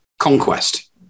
Conquest